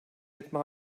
etme